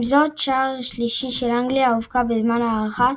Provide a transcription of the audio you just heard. עם זאת, השער השלישי של אנגליה הובקע בזמן ההארכה,